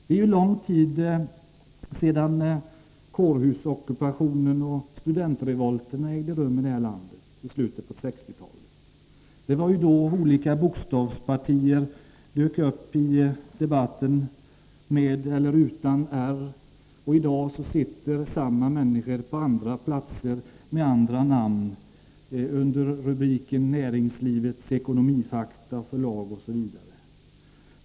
Det är länge sedan kårhusockupationen och studentrevolten ägde rum i det här landet, i slutet av 1960-talet. Det var då olika bokstavspartier dök upp i debatten, med eller utan r. I dag sitter samma människor på andra platser med andra namn, under rubriken Näringslivets ekonomifakta, i förlag osv.